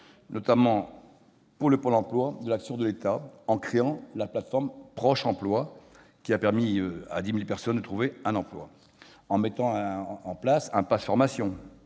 complémentaires de Pôle emploi et de l'action de l'État, en créant la plateforme Proch'emploi, qui a permis à 10 000 personnes de trouver un emploi, en mettant en place un « Pass Formation